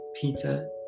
Peter